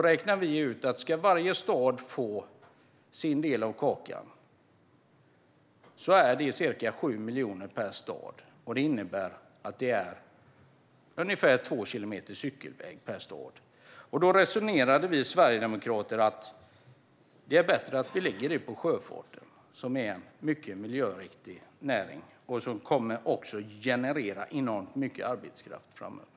Vi räknade ut att om varje stad ska få sin del av kakan blir det ca 7 miljoner per stad. Det innebär ungefär 2 kilometer cykelväg per stad. Då resonerade vi sverigedemokrater som så att det är bättre att vi lägger detta på sjöfarten, som är en mycket miljöriktig näring och som också kommer att generera enormt många arbetstillfällen framöver.